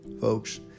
folks